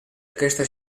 aquesta